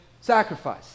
sacrifice